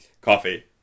Coffee